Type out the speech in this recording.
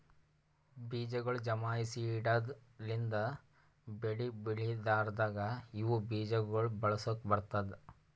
ಬೀಜಗೊಳ್ ಜಮಾಯಿಸಿ ಇಡದ್ ಲಿಂತ್ ಬೆಳಿ ಬೆಳಿಲಾರ್ದಾಗ ಇವು ಬೀಜ ಗೊಳ್ ಬಳಸುಕ್ ಬರ್ತ್ತುದ